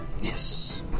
Yes